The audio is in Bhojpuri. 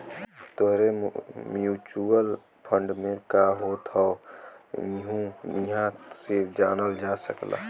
तोहरे म्युचुअल फंड में का होत हौ यहु इहां से जानल जा सकला